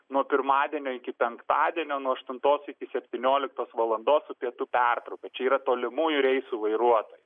nuo pirmadienio iki penktadienio nuo aštuntos iki septynioliktos valandos su pietų pertrauka čia yra tolimųjų reisų vairuotojo